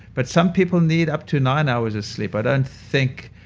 but some people need up to nine hours of sleep i don't think.